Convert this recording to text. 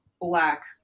black